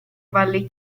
valli